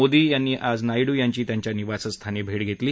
मोदी यांनी आज नायडू यांची त्यांच्या निवासस्थानी भेट घेतली